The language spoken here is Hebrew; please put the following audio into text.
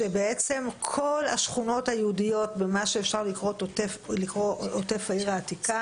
בעצם כל השכונות היהודיות בעוטף העיר העתיקה